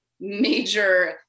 major